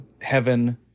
Heaven